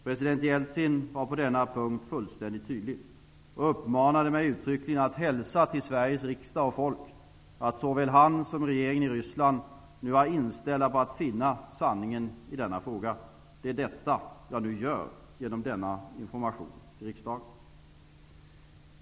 President Jeltsin var på denna punkt fullständigt tydlig och uppmanade mig uttryckligen att hälsa till Sveriges riksdag och folk att såväl han som regeringen i Ryssland nu var inställda på att finna sanningen i denna fråga. Det är detta jag nu gör, genom denna information till riksdagen.